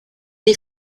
est